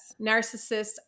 Narcissists